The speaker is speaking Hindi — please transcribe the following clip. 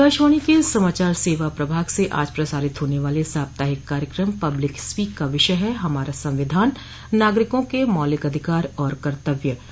आकाशवाणी के समाचार सेवा प्रभाग से आज प्रसारित होने वाले साप्ताहिक कार्यक्रम पब्लिक स्पीक का विषय है हमारा संविधान नागरिकों के मौलिक अधिकार और कर्तव्य